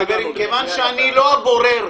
אני לא בורר